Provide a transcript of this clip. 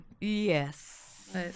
Yes